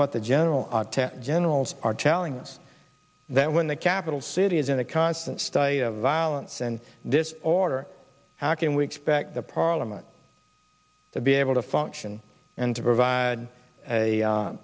what the general generals are telling us that when the capital city is in a constant state of violence and this order how can we expect the parliament to be able to function and to provide a